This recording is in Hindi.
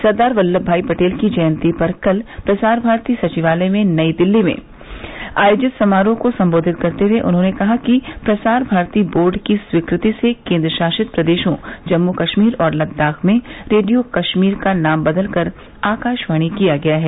सरदार वल्लभ भाई पटेल की जयंती पर कल प्रसार भारती सचिवालय नई दिल्ली में आयोजित समारोह को संबोधित करते हुए उन्होंने कहा कि प्रसार भारती बोर्ड की स्वीकृति से केन्द्रशासित प्रदेशों जम्मू कश्मीर और लद्दाख में रेडियो कश्मीर का नाम बदलकर आकाशवाणी किया गया है